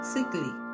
Sickly